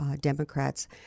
Democrats